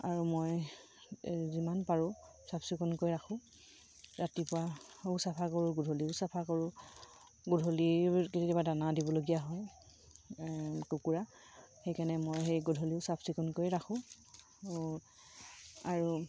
আৰু মই যিমান পাৰোঁ চাফ চিকুণকৈ ৰাখোঁ ৰাতিপুৱাও চাফা কৰোঁ গধূলিও চাফা কৰোঁ গধূলিৰ কেতিয়াবা দানা দিবলগীয়া হয় কুকুৰা সেইকাৰণে মই সেই গধূলিও চাফ চিকুণকৈ ৰাখোঁ আৰু